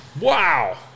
wow